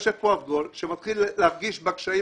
יושב כאן אבגול שמתחיל להרגיש בקשיים